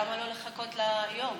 למה לא לחכות ליום?